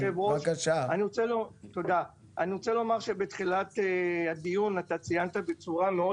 אני רוצה לומר שבתחילת הדיון אתה ציינת בצורה מאוד